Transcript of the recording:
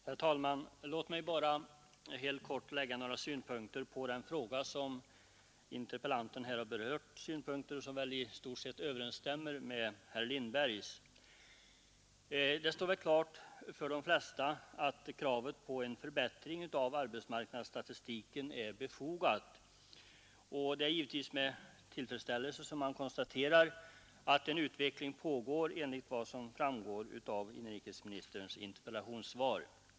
Herr talman! Låt mig bara i korthet anlägga några synpunkter på den fråga som interpellanten här berört, synpunkter som väl i stort sett överensstämmer med herr Lindbergs Det står väl klart för de flesta att kravet på en förbättring av arbetsmarknadsstatistiken är befogat, och det är givetvis med tillfreds ställelse man konstaterar att en utveckling pågår, enligt vad som framgår av inrikesministerns interpellationssvar.